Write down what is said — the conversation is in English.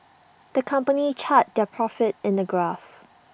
the company charted their profits in the graph